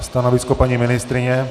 Stanovisko paní ministryně?